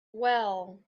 well